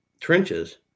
trenches